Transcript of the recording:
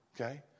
okay